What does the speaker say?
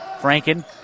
Franken